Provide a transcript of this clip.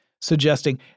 suggesting